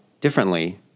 differently